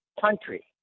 country